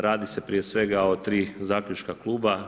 Radi se prije svega, o 3 zaključka kluba.